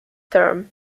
term